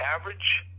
average